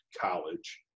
college